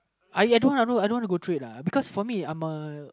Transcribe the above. I uh I don't want I don't want to go trade uh because for me I'm a